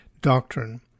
doctrine